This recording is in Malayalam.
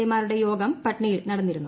എ മാരുടെ യോഗം പട്നയിൽ നടന്നിരുന്നു